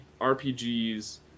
RPGs